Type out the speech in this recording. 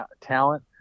talent